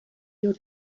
your